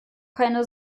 keine